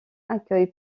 accueille